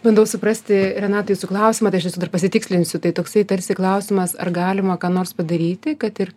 bandau suprasti renata jūsų klausimą tai dar pasitikslinsiu tai toksai tarsi klausimas ar galima ką nors padaryti kad ir